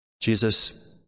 Jesus